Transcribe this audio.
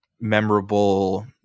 Memorable